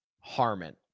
Harmon